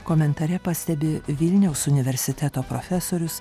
komentare pastebi vilniaus universiteto profesorius